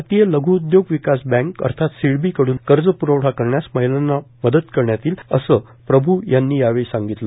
आरतीय लघ् उद्योग विकास बँक अर्थात सीडबी कडून कर्जप्रवठा करण्यास महिलांना मदत करण्यात येईल प्रभू यांनी यावेळी सांगितलं